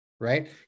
right